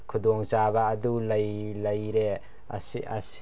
ꯈꯨꯗꯣꯡꯆꯥꯕ ꯑꯗꯨ ꯂꯩꯔꯦ